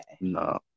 No